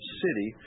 city